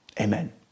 Amen